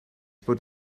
bod